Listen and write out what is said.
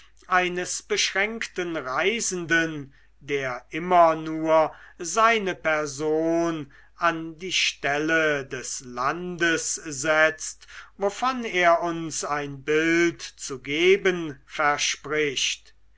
eines beschränkten reisenden der immer nur seine person an die stelle des landes setzt wovon er uns ein bild zu geben verspricht